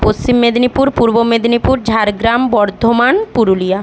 Paschim Medinipur Purba Medinipur Jhargram Bardhaman Purulia